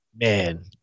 man